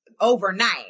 overnight